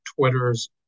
Twitter's